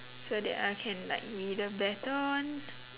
so that I can like be the better one